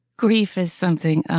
grief is something.